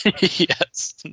Yes